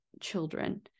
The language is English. children